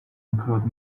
include